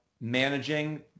managing